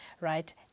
right